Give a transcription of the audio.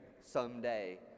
someday